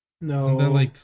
No